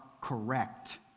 correct